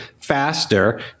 faster